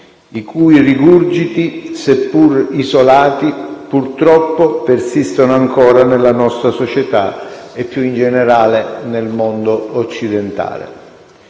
i cui rigurgiti, seppur isolati, purtroppo persistono ancora nella nostra società e, più in generale, nel mondo occidentale.